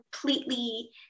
completely